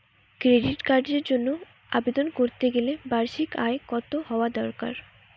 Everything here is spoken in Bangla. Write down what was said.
ক্রেডিট কার্ডের জন্য আবেদন করতে গেলে বার্ষিক আয় কত হওয়া দরকার?